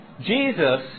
Jesus